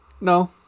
no